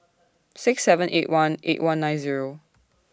six seven eight one eight one nine Zero